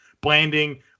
Blanding